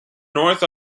north